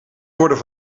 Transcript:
worden